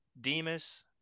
Demas